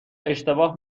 اشتباه